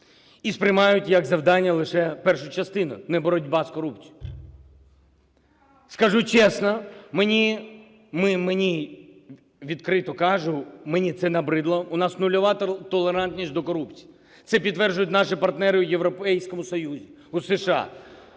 і сприймають як завдання першу частину: "не боротьба з корупцією…". Скажу чесно, відкрито кажу, мені це набридло, у нас нульова толерантність до корупції. Це підтверджують наші партнери в Європейському Союзі, в США.